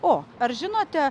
o ar žinote